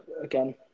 again